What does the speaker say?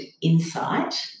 insight